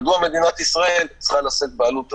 מדוע מדינת ישראל צריכה לשאת בעלות הזאת.